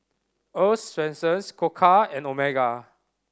Earl's Swensens Koka and Omega